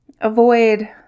avoid